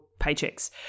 paychecks